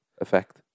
effect